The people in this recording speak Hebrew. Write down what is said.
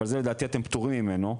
לדעתי אתם פטורים ממנו,